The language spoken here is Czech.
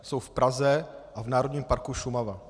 Jsou v Praze a v Národním parku Šumava.